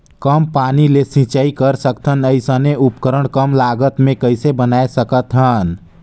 कम पानी ले सिंचाई कर सकथन अइसने उपकरण कम लागत मे कइसे बनाय सकत हन?